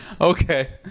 Okay